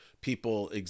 people